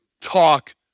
talk